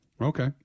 Okay